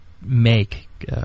make